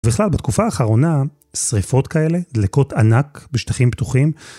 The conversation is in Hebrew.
ובכלל בתקופה האחרונה, שריפות כאלה, דלקות ענק בשטחים פתוחים,